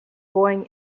going